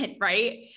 right